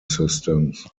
systems